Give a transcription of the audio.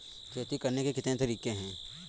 खेती करने के कितने तरीके हैं?